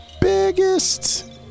biggest